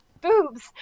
Boobs